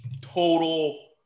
total